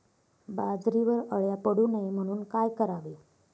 बाजरीवर अळ्या पडू नये म्हणून काय करावे?